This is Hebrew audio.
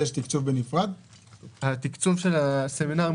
התקצוב של הסמינרים,